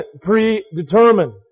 predetermined